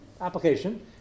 application